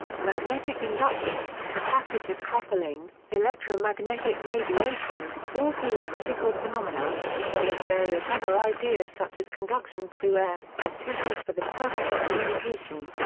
magnetic induction capacitive coupling electromagnetic radiation all these physical phenomena, as well as various other ideas such as conduction through air, were tested for the purpose of communication.